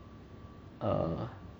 err